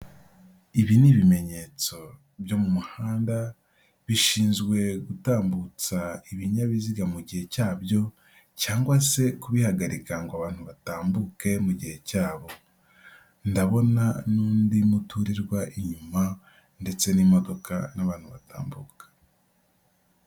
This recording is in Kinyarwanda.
Ibi ni ibimenyetso byo mu muhanda, bishinzwe gutambutsa ibinyabiziga mu gihe cyabyo, cyangwa se kubihagarika ngo abantu batambuke mu gihe cyabo. Ndabona n'undi muturirwa inyuma ndetse n'imodoka n'abantu batambuka.